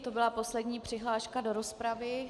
To byla poslední přihláška do rozpravy.